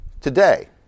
today